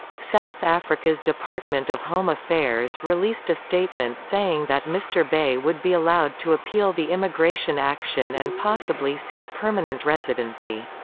south africa's department of home affairs released a statement saying that mr. bey would be allowed to appeal the immigration action and possibly seek permanent residency.